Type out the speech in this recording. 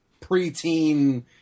preteen